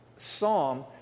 psalm